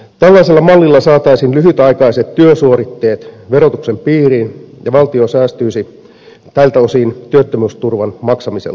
tällaisella mallilla saataisiin lyhytaikaiset työsuoritteet verotuksen piiriin ja valtio säästyisi tältä osin työttömyysturvan maksamiselta